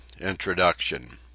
introduction